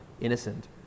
innocent